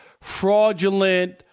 fraudulent